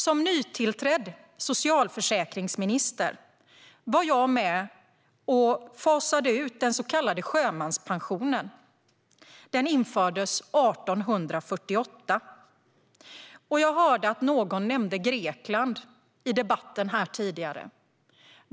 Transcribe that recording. Som nytillträdd socialförsäkringsminister var jag med och fasade ut den så kallade sjömanspensionen, som infördes 1848. Jag hörde att någon nämnde Grekland i debatten här tidigare.